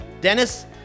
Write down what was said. Dennis